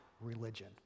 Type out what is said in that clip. religion